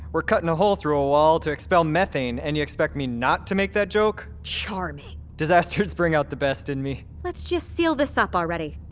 we're cutting a hole through a wall to expel methane, and you expect me not to make that joke? charming disasters bring out the best in me let's just seal this up, already